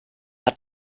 hat